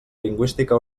lingüística